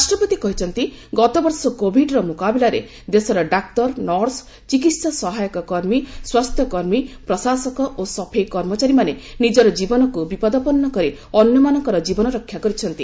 ରାଷ୍ଟ୍ରପତି କହିଛନ୍ତି ଗତବର୍ଷ କୋଭିଡ୍ର ମୁକାବିଲାରେ ଦେଶର ଡାକ୍ତର ନର୍ସ ଚିକିତ୍ସା ସହାୟକ କର୍ମୀ ସ୍ୱାସ୍ଥ୍ୟ କର୍ମୀ ପ୍ରଶାସକ ଓ ସଫେଇ କର୍ମଚାରୀମାନେ ନିଜର ଜୀବନକୁ ବିପଦାପର୍ଣ୍ଣ କରି ଅନ୍ୟମାନଙ୍କର ଜୀବନରକ୍ଷା କରିଛନ୍ତି